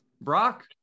Brock